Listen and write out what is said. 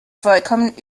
vollkommen